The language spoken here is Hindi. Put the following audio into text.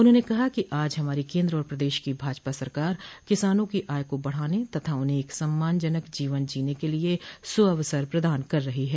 उन्होंने कहा कि आज हमारी केन्द्र और प्रदेश की भाजपा सरकार किसानों की आय को बढ़ाने तथा उन्हें एक सम्मान जनक जीवन जीने के लिये सुअवसर प्रदान कर रही है